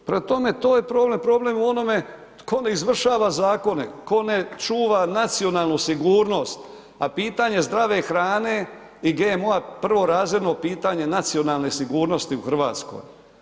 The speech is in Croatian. Prema tome to je problem, problem u onome tko ne izvršava zakone, tko ne čuva nacionalnu sigurnost, a pitanje zdrave hrane i GMO-a prvorazredno pitanje nacionalne sigurnosti u Hrvatskoj.